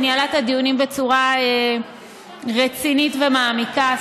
שניהלה את הדיונים בצורה רצינית ומעמיקה,